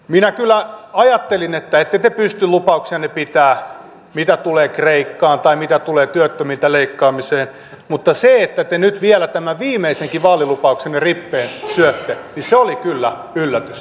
minä kyllä ajattelin että ette te pysty lupauksianne pitämään mitä tulee kreikkaan tai mitä tulee työttömiltä leikkaamiseen mutta se että te nyt vielä tämän viimeisenkin vaalilupauksenne rippeen syötte oli kyllä yllätys